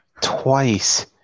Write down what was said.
Twice